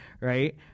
Right